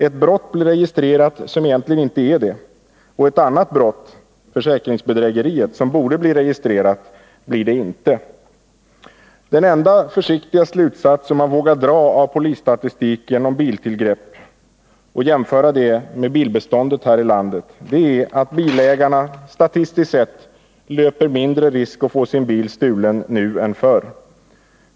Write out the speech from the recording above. Ett brott blir registrerat som egentligen inte är det, och ett annat brott, försäkringsbedrägeriet, som borde bli registrerat blir det inte. Den enda försiktiga slutsats man vågar dra av polisstatistiken om biltillgrepp jämförd med bilbeståndet här i landet är att bilägarna statistiskt sett löper mindre risk att få sin bil stulen nu än förr.